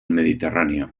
mediterráneo